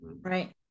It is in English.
right